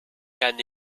kann